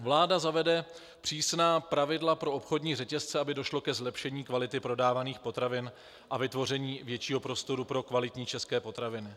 Vláda zavede přísná pravidla pro obchodní řetězce, aby došlo ke zlepšení kvality prodávaných potravin a vytvoření většího prostoru pro kvalitní české potraviny.